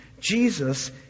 Jesus